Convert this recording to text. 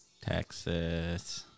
Texas